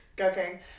okay